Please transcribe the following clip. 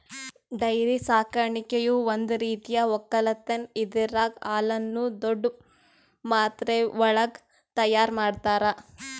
dairy ಸಾಕಾಣಿಕೆಯು ಒಂದ್ ರೀತಿಯ ಒಕ್ಕಲತನ್ ಇದರಾಗ್ ಹಾಲುನ್ನು ದೊಡ್ಡ್ ಮಾತ್ರೆವಳಗ್ ತೈಯಾರ್ ಮಾಡ್ತರ